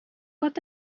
what